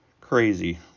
crazy